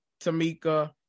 Tamika